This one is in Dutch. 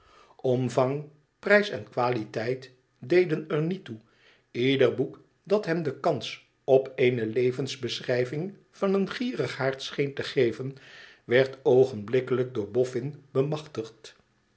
omvang prijs en quaiiteit deden er niet toe ieder boek dat hem de kans op eene levensbeschrijving van een gierigaard scheen te geven werd oogenblikkelijk door bofïin bemachtigd